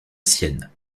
sienne